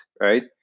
right